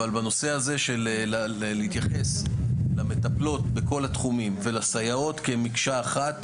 אבל בנושא הזה של להתייחס למטפלות בכל התחומים ולסייעות כמקשה אחת,